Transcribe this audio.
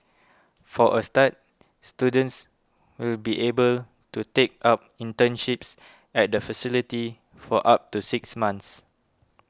for a start students will be able to take up internships at the facility for up to six months